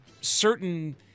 certain